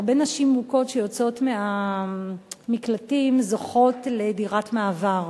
הרבה נשים מוכות שיוצאות מהמקלטים זוכות לדירת מעבר,